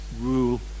rule